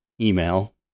email